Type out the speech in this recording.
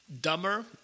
dumber